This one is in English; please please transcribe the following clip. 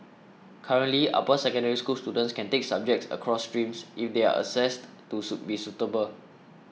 currently upper Secondary School students can take subjects across streams if they are assessed to be suitable